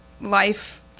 life